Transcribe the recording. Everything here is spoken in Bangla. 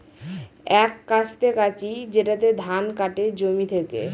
এক কাস্তে কাঁচি যেটাতে ধান কাটে জমি থেকে